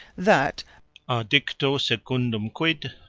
that a dicto secundum quid,